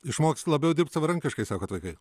išmoks labiau dirbt savarankiškai sakot vaikai